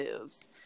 moves